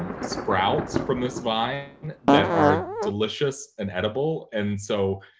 sprouts from this vine that are delicious and edible. and so,